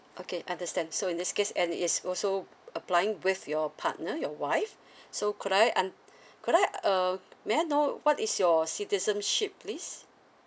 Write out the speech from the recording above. okay understand so in this case and is also applying with your partner your wife so could I un~ could I uh um may I know what is your citizenship please